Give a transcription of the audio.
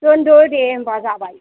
दोनदो दे होनबा जाबाय